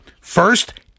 First